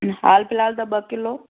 हालु फ़िलहालु त ॿ किलो